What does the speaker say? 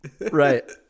Right